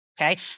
Okay